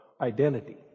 identity